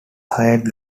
hired